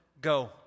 go